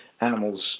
animals